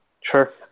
Sure